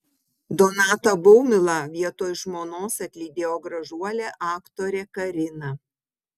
donatą baumilą vietoj žmonos atlydėjo gražuolė aktorė karina